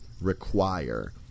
require